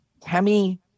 Tammy